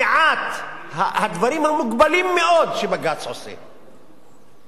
המעט, הדברים המוגבלים מאוד שבג"ץ עושה,